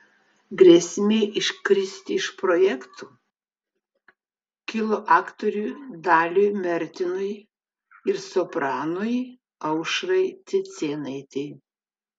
grėsmė iškristi iš projekto kilo aktoriui daliui mertinui ir sopranui aušrai cicėnaitei